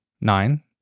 nine